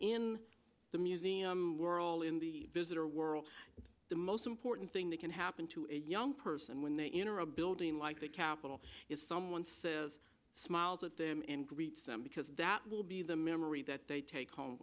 in the museum world in the visitor world the most important thing that can happen to a young person when they enter a building like that capital is someone says smiles at them and greets them because that will be the memory that they take home